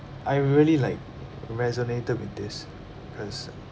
I really like resonated with this because uh